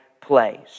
place